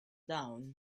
down